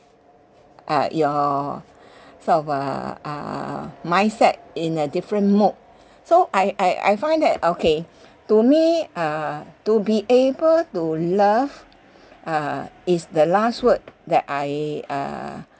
uh your sort of uh err mindset in a different mode so I I I find that okay to me uh to be able to love uh is the last word that I err